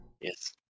yes